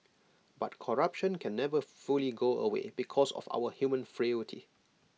but corruption can never fully go away because of our human frailty